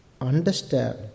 Understand